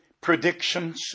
predictions